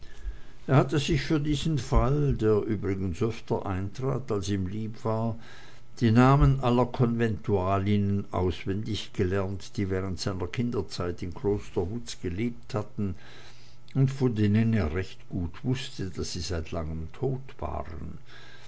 er hatte sich für diesen fall der übrigens öfter eintrat als ihm lieb war die namen aller konventualinnen auswendig gelernt die während seiner kinderzeit im kloster wutz gelebt hatten und von denen er recht gut wußte daß sie seit lange tot waren